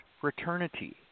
fraternity